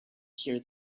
hear